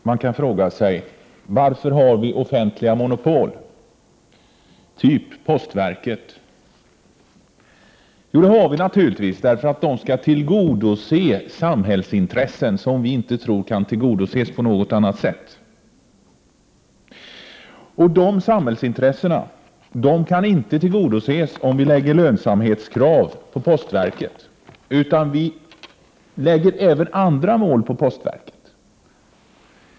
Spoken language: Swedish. Herr talman! Man kan fråga sig: Varför har vi offentliga monopol, typ postverket? Jo, det har vi naturligtvis därför att de skall tillgodose samhällsintressen som vi inte tror kan tillgodoses på något annat sätt. De samhällsintressena kan inte tillgodoses, om man ställer lönsamhetskrav på postverket, eftersom vi sätter upp även andra mål för dess verksamhet.